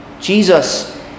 Jesus